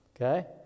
Okay